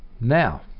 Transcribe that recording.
Now